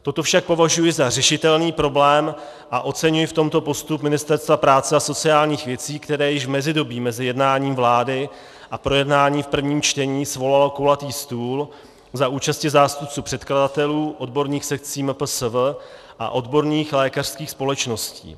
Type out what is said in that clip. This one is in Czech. Toto však považuji za řešitelný problém a oceňuji v tomto postup Ministerstva práce a sociálních věcí, které již v mezidobí mezi jednáním vlády a projednání v prvním čtení svolalo kulatý stůl za účasti zástupců předkladatelů, odborných sekcí MPSV a odborných lékařských společností.